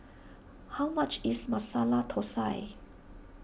how much is Masala Thosai